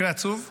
מקרה עצוב.